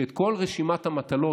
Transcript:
שאת כל רשימת המטלות,